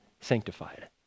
sanctified